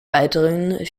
weiteren